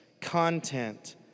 content